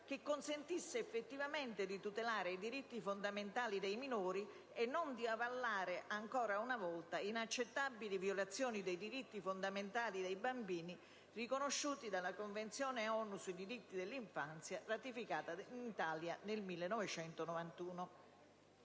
che consenta effettivamente di tutelare i diritti fondamentali dei minori e non di avallare ancora una volta inaccettabili violazioni dei diritti fondamentali dei bambini riconosciuti dalla Convenzione ONU sui diritti dell'infanzia, ratificata dall'Italia nel 1991.